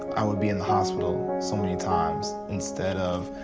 i would be in the hospital so many times instead of,